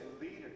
leaders